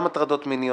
גם הטרדות מיניות,